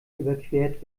überquert